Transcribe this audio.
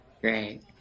Great